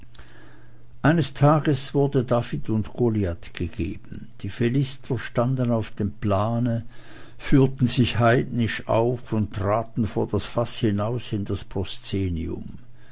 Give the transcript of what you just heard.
eines tages wurde david und goliath gegeben die philister standen auf dem plane führten sich heidnisch auf und traten vor das faß hinaus in das